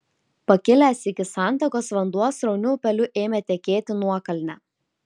pakilęs iki sankasos vanduo srauniu upeliu ėmė tekėti nuokalne